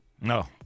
No